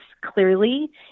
clearly